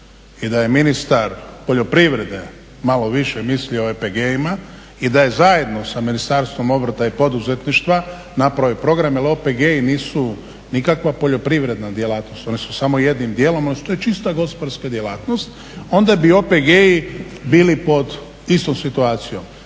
I da je ministar poljoprivrede malo više mislio o OPG-ima i da je zajedno sa Ministarstvom obrta i poduzetništva napravio program jer OPG-i nisu nikakva poljoprivredna djelatnost, oni su samo jednim dijelom odnosno to je čista gospodarska djelatnost, onda bi OPG-i bili pod istom situacijom.